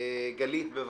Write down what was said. גלית, בבקשה,